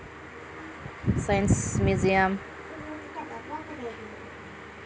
science museum